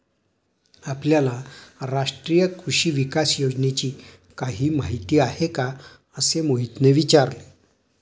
आपल्याला राष्ट्रीय कृषी विकास योजनेची काही माहिती आहे का असे मोहितने विचारले?